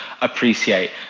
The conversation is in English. appreciate